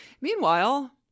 meanwhile